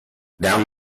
down